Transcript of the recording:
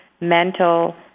mental